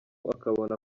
ukabona